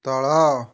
ତଳ